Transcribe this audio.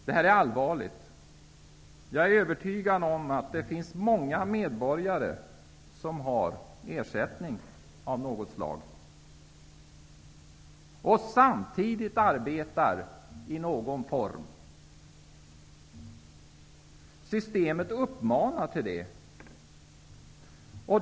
Det är allvarligt. Jag är övertygad om att det finns många medborgare som har ersättning av något slag som samtidigt arbetar i någon form. Systemet uppmanar till det.